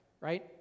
right